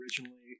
originally